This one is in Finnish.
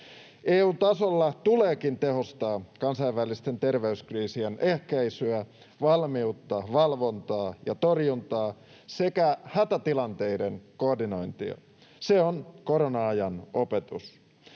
EU-tasolla tuleekin tehostaa kansainvälisten terveyskriisien ehkäisyä, valmiutta, valvontaa ja torjuntaa sekä hätätilanteiden koordinointia. Se on korona-ajan opetus.